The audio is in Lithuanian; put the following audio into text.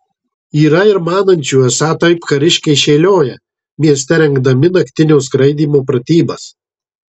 yra ir manančių esą taip kariškiai šėlioja mieste rengdami naktinio skraidymo pratybas